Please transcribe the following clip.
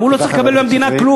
אבל הוא לא צריך לקבל מהמדינה כלום,